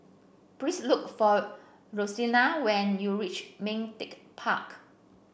please look for Rosella when you reach Ming Teck Park